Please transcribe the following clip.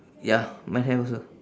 ya mine have also